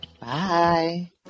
bye